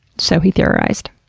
so he theorized.